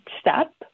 step